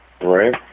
right